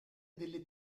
delle